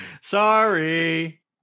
Sorry